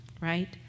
Right